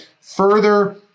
further